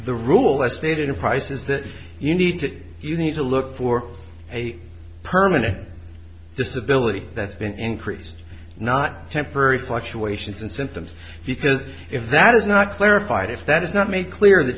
the rule as stated in price is that you need to you need to look for a permanent disability that's been increased not temporary fluctuations and symptoms because if that is not clarified if that is not made clear